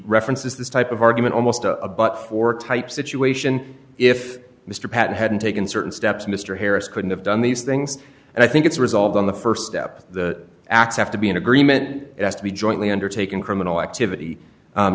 references this type of argument almost a but for type situation if mr patten hadn't taken certain steps mr harris couldn't have done these things and i think it's resolved on the st step the acts have to be an agreement as to be jointly undertaken criminal activity